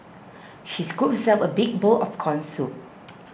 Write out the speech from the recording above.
she scooped herself a big bowl of Corn Soup